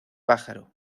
pájaro